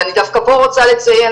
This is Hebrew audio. אני דווקא פה רוצה לציין,